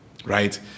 Right